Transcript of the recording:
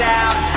out